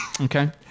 Okay